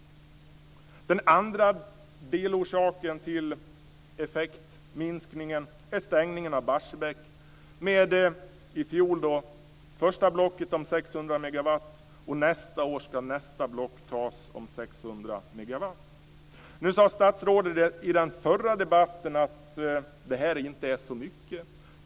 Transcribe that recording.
Den andra delorsaken till effektminskningen är stängningen vid Barsebäck i fjol beträffande första blocket om 600 megawatt. Nästa år ska man ta nästa block om 600 megawatt. Statsrådet sade i debatten tidigare att det här inte är så mycket.